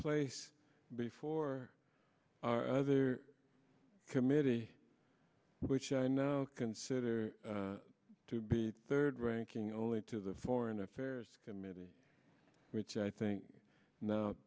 place before our other committee which i now consider to be third ranking only to the foreign affairs committee which i think now